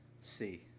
see